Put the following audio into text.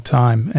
time